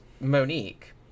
Monique